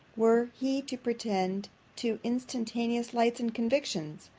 were he to pretend to instantaneous lights and convictions